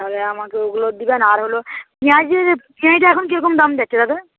তাহলে আমাকে ওগুলো দেবেন আর হলো পেঁয়াজের পেঁয়াজটা এখন কীরকম দাম যাচ্ছে দাদা